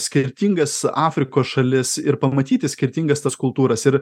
skirtingas afrikos šalis ir pamatyti skirtingas tas kultūras ir